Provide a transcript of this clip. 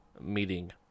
meeting